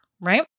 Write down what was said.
right